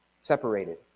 separated